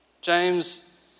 James